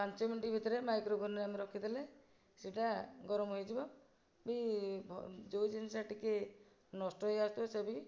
ପାଞ୍ଚ ମିନିଟ ଭିତରେ ମାଇକ୍ରୋ ଓଭେନରେ ଆମେ ରଖିଦେଲେ ସେଇଟା ଗରମ ହେଇଯିବ ବି ଯେଉଁ ଜିନିଷ ଟିକେ ନଷ୍ଟ ହେଇଆସୁଥିବ ସେ ବି